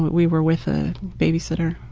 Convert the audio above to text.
we were with a baby sitter.